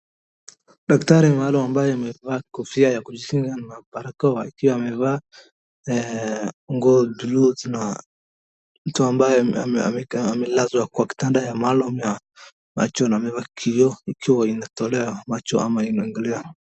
Daktari maalum ambaye amevaa kofia ya kujikinga na barakoa ikiwa amevaa, nguo blue , na mtu ambaye amelazwa kwa kitanda ya maalum ya macho na amevaa kioo ikiwa inatolewa macho ama inaangaliwa.